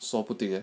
说不定